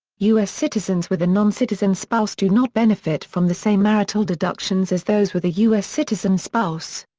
u s. citizens with a noncitizen spouse do not benefit from the same marital deductions as those with a u s. citizen spouse.